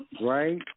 Right